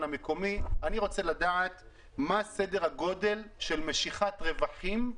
המקומי: אני רוצה לדעת מה סדר הגודל של משיכת רווחים,